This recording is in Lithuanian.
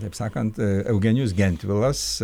taip sakant eugenijus gentvilas